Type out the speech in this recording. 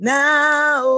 now